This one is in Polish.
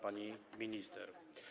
Pani Minister!